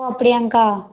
ஓ அப்டியாங்கக்கா